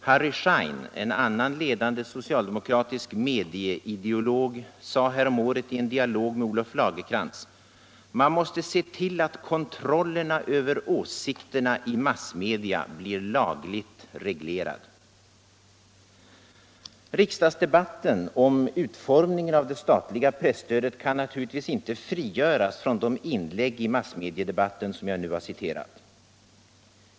Harry Schein — en annan ledande socialdemokratisk medieideolog — sade häromåret i en dialog med Olof Lagercrantz: ”Man måste se till att kontrollen över åsikterna i massmedia blir lagligt reglerad.” Riksdagsdebatten om utformningen av det statliga presstödet kan naturligtvis inte frigöras från de inlägg i massmediedebatten som jag nu citerat.